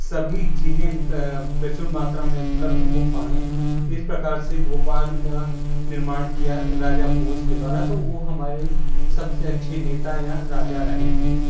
सभी चीज़ें प्रचुर मात्रा में उपलब्ध हो पाए इस प्रकार से भोपाल का निर्माण किया राजा भोज के द्वारा तो वो हमारे सबसे अच्छे नेता या राजा रहे हैं